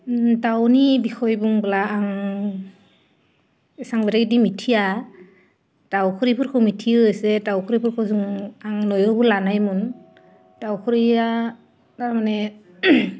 दाउनि बिखय बुंब्ला आं एसाेबां बिदि मिथिया दाउख्रिफोरखौ मिथियो एसे दाउख्रिफोरखौ आंनो लानायमोन दाउख्रिया तारमाने